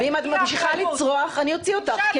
ואם את ממשיכה לצרוח אני אוציא אותך.